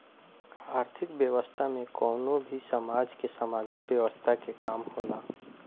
आर्थिक व्यवस्था में कवनो भी समाज के सामाजिक व्यवस्था के काम होला